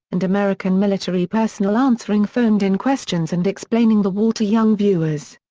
and american military personnel answering phoned-in questions and explaining the war to young viewers.